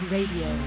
Radio